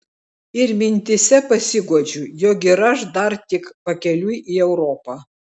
ir mintyse pasiguodžiu jog ir aš dar tik pakeliui į europą